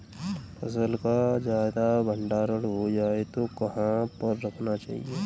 फसल का ज्यादा भंडारण हो जाए तो कहाँ पर रखना चाहिए?